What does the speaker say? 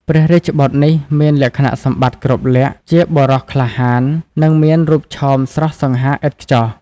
ព្រះរាជបុត្រនេះមានលក្ខណៈសម្បត្តិគ្រប់លក្ខណ៍ ជាបុរសក្លាហាន និងមានរូបឆោមស្រស់សង្ហាឥតខ្ចោះ។